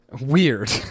weird